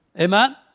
Amen